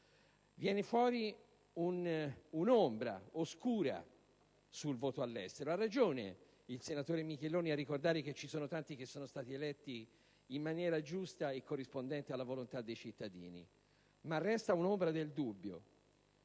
È emersa un'ombra oscura sul voto all'estero. Ha ragione il senatore Micheloni a ricordare che ci sono tanti parlamentari che sono stati eletti in maniera giusta e corrispondente alla volontà dei cittadini, ma resta un'ombra di dubbio.